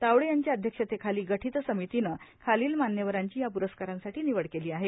तावडे यांच्या अध्यक्षतेखाली गठीत समितीने खालील मान्यवरांची या प्रस्कारासाठी निवड केली आहे